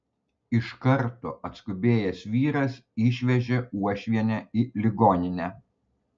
iš karto atskubėjęs vyras išvežė uošvienę į ligoninę